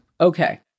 okay